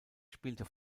spielt